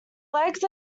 legs